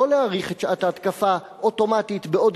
לא להאריך את שעת ההתקפה אוטומטית בעוד